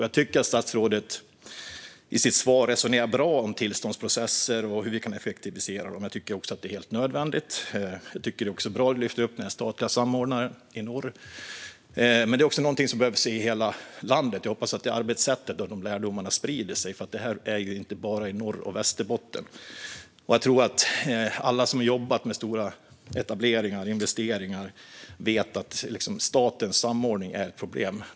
Jag tycker att statsrådet i sitt svar resonerar bra om tillståndsprocesser och hur vi kan effektivisera dem. Jag tycker också att det är helt nödvändigt. Det är också bra att du lyfter upp den statliga samordnaren i norr. Men detta är något vi behöver se i hela landet. Jag hoppas att det arbetssättet och de lärdomarna sprider sig, för detta gäller inte bara Norr och Västerbotten. Jag tror att alla som har jobbat med stora etableringar och investeringar vet att statens samordning är ett problem.